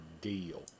deal